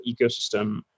ecosystem